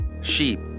sheep